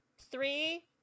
Three